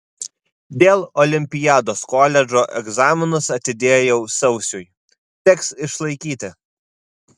dėl olimpiados koledžo egzaminus atidėjau sausiui teks išlaikyti